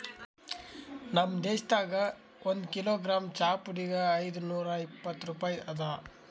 ನಮ್ ದೇಶದಾಗ್ ಒಂದು ಕಿಲೋಗ್ರಾಮ್ ಚಹಾ ಪುಡಿಗ್ ಐದು ನೂರಾ ಇಪ್ಪತ್ತು ರೂಪಾಯಿ ಅದಾ